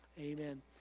Amen